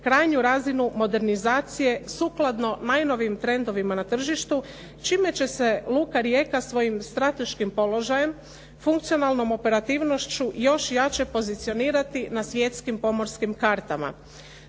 krajnju razinu modernizacije sukladno majnovim trendovima na tržištu čime će se luka Rijeka svojim strateškim položajem funkcionalnom operativnošću još jače pozicionirati na svjetskim pomorskim kartama.